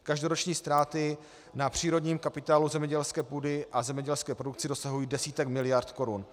Každoroční ztráty na přírodním kapitálu zemědělské půdy a zemědělské produkci dosahují desítek miliard korun.